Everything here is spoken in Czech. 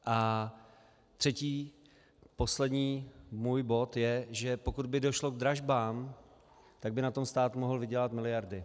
A třetí, poslední můj bod je, že pokud by došlo k dražbám, tak by na tom stát mohl vydělat miliardy.